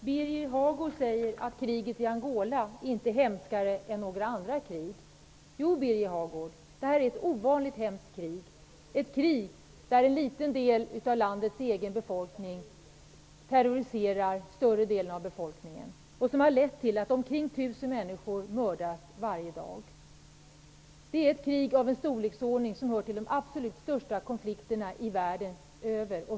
Herr talman! Birger Hagård säger att kriget i Angola inte är hemskare än några andra krig. Jo, Birger Hagård, det här är ett ovanligt hemskt krig. Det är ett krig där en liten del av landets egen befolkning terroriserar större delen av befolkningen. Det har lett till att omkring 1 000 människor mördas varje dag. Det är ett krig som hör till de absolut största konflikterna världen över.